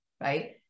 right